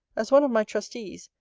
as one of my trustees,